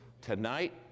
tonight